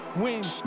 win